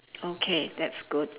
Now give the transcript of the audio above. okay that's good